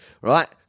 Right